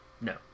No